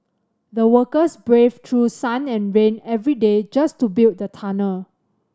the workers braved through sun and rain every day just to build the tunnel